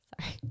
sorry